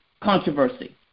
controversy